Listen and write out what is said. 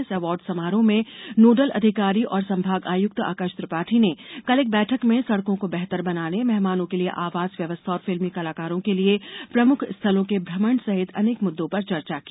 इस अवार्ड समारोह के नोडल अधिकारी और संभागायुक्त आकाश त्रिपाठी ने कल एक बैठक में सड़कों को बेहतर बनाने मेहमानों के लिए आवास व्यवस्था और फिल्मी कलाकारों के लिए प्रमुख स्थलों के भ्रमण सहित अनेक मुद्दों पर चर्चा की